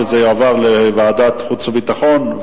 וזה יועבר לוועדת החוץ והביטחון,